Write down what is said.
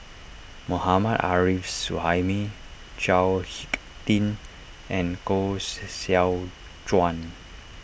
Mohammad Arif Suhaimi Chao Hick Tin and Koh Seow Chuan